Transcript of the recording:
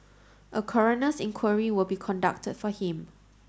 a coroner's inquiry will be conducted for him